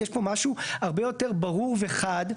יש פה משהו הרבה יותר ברור וחד,